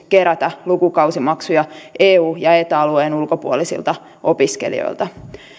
kerätä lukukausimaksuja eu ja eta alueen ulkopuolisilta opiskelijoilta